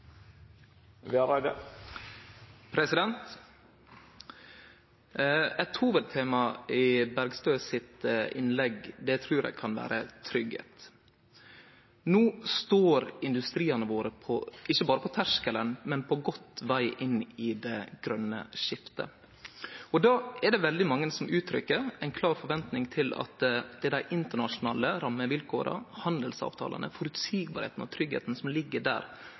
Eit hovudtema i Bergstøs innlegg trur eg kan vere tryggleik. No står industriane våre ikkje berre på terskelen til, men på god veg inn i det grøne skiftet. Då er det veldig mange som uttrykkjer ei klar forventing til at dei internasjonale rammevilkåra, handelsavtalane, føreseielegheita og tryggleiken som ligg der,